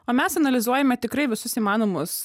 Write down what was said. o mes analizuojame tikrai visus įmanomus